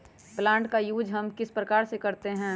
Plant का use हम किस प्रकार से करते हैं?